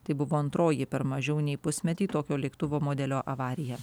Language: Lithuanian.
tai buvo antroji per mažiau nei pusmetį tokio lėktuvo modelio avarija